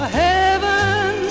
heaven